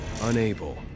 unable